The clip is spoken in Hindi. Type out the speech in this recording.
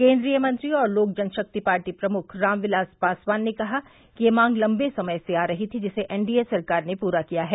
केन्द्रीय मंत्री और लोक जनशक्ति पार्टी प्रमुख राम विलास पासवान ने कहा कि यह मांग लंबे समय से आ रही थी जिसे एनडीए सरकार ने पूरा किया है